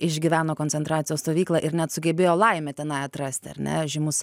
išgyveno koncentracijos stovyklą ir net sugebėjo laimę tenai atrasti ar ne žymus